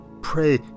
pray